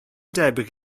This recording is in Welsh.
debyg